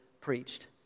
preached